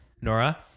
Nora